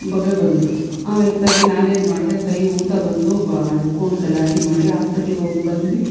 ಬೊಬ್ಬೆ ಬಂದುಬಿಡ್ತು ಆಮೇಲೆ ಸರಿ ನಾನೇನು ಮಾಡಿದೆ ಕೈ ಊತ ಬಂದು ಬಡ್ಕೊಂಡು ಗಲಾಟೆ ಮಾಡಿ ಹಾಸ್ಪೆಟ್ಲಿಗೋಗಿ ಬಂದ್ವಿ